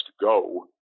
go